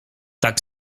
tak